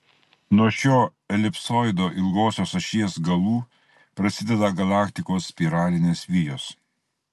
nuo šio elipsoido ilgosios ašies galų prasideda galaktikos spiralinės vijos